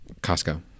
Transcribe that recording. costco